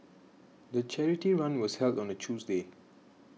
the charity run was held on a Tuesday